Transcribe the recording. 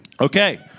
Okay